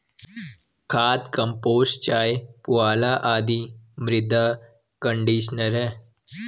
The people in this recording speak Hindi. खाद, कंपोस्ट चाय, पुआल आदि मृदा कंडीशनर है